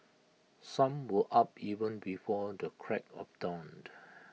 some were up even before the crack of dawned